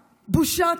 בושה,